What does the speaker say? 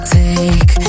take